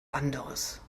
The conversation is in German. anderes